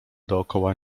dookoła